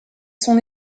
son